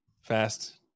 fast